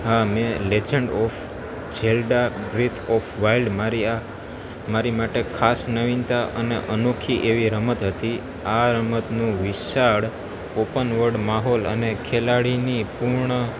હા મેં legend of Zelda breath of wild મારી આ મારી માટે ખાસ નવીનતા અને અનોખી એવી રમત હતી આ રમતનું વિશાળ ઓપન વર્ડ માહોલ અને ખેલાડીની પૂર્ણ